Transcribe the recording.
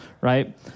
right